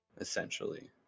essentially